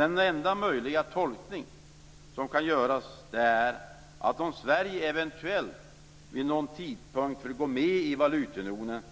Den enda möjliga tolkning som kan göras är att om Sverige eventuellt vid någon tidpunkt vill gå med i valutaunionen